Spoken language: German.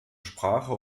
sprache